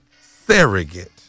Surrogate